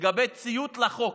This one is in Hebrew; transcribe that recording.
ציות לחוק.